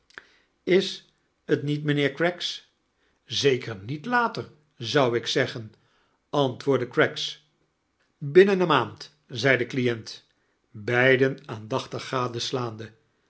is t niet mijnheer oraggs zeker niet later zou ik zeggen antwoordde oraggs b innem eene maand z ei de client beiden aandachtig gadesilaande